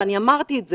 ואני אמרתי את זה,